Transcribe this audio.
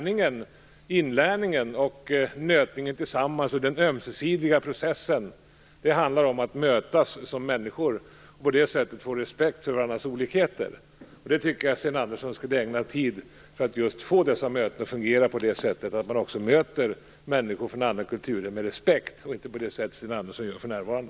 Inlärningen, nötningen tillsammans och den ömsesidiga processen handlar om att mötas som människor och på det sättet få respekt för varandras olikheter. Jag tycker att Sten Andersson skulle ägna tid åt att just få dessa möten att fungera på så sätt att man också möter människor från andra kulturer med respekt och inte på det sätt Sten Andersson möter dem för närvarande.